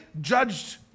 judged